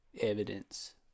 evidence